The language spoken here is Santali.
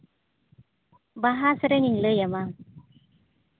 ᱵᱟᱦᱟ ᱥᱮᱨᱮᱧ ᱤᱧ ᱞᱟᱹᱭ ᱟᱢᱟ